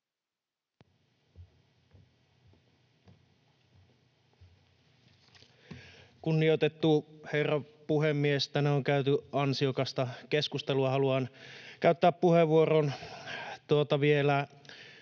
Kunnioitettu herra puhemies! Tänään on käyty ansiokasta keskustelua. Haluan käyttää puheenvuoron vielä